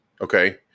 Okay